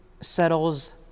settles